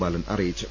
ബാലൻ അറിയിച്ചു